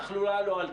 התחלואה לא עלתה.